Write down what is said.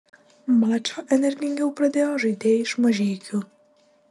mačą energingiau pradėjo žaidėjai iš mažeikių